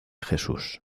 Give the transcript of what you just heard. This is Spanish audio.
jesús